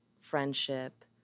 friendship